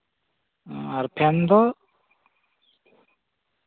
ᱦᱚᱸ ᱟᱨ ᱯᱷᱮᱱ ᱫᱚ